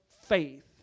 faith